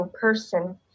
person